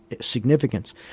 significance